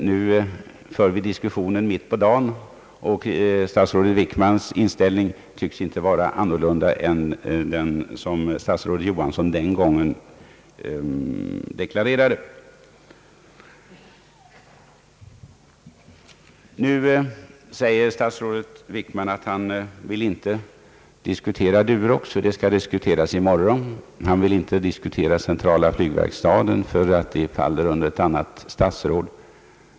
Nu för vi diskussionen mitt på dagen, men statsrådet Wickmans inställning tycks inte vara annorlunda än den som statsrådet Johansson vid det tillfället deklarerade. Nu säger statsrådet Wickman att han inte vill diskutera Durox eftersom den frågan skall debatteras i morgon, och han vill inte diskutera centrala flygverkstaden eftersom den sorterar under ett annat statsråd.